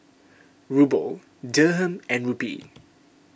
Ruble Dirham and Rupee